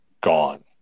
gone